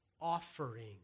offering